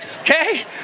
okay